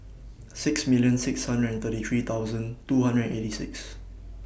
six million six hundred and thirty three thousand two hundred and eighty six